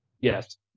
yes